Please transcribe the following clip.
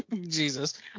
Jesus